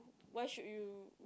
what should you